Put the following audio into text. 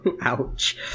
ouch